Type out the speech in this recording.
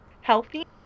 healthy